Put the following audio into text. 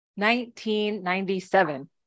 1997